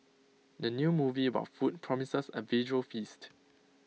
the new movie about food promises A visual feast